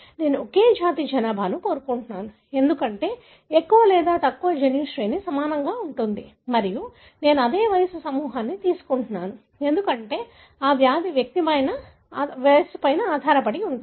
నేను ఒకే జాతి జనాభాను తీసుకుంటున్నాను ఎందుకంటే ఎక్కువ లేదా తక్కువ జన్యు శ్రేణి సమానంగా ఉంటుంది మరియు నేను అదే వయస్సు సమూహాన్ని తీసుకుంటున్నాను ఎందుకంటే ఆ వ్యాధి వయస్సు మీద ఆధారపడి ఉంటుంది